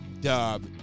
dub